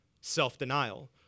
self-denial